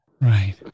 Right